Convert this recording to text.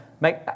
make